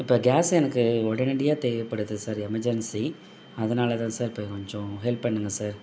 இப்போ கேஸ் எனக்கு உடனடியாக தேவைப்படுது சார் எமர்ஜென்சி அதனால் தான் சார் இப்போ கொஞ்சம் ஹெல்ப் பண்ணுங்கள் சார்